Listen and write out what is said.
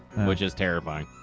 which is terrifying.